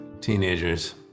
teenagers